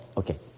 okay